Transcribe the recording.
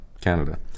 Canada